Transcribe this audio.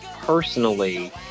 Personally